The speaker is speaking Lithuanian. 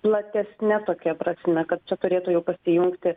platesne tokia prasme kad čia turėtų jau pasijungti